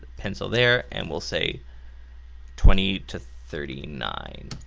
pencil there and we'll say twenty to thirty nine.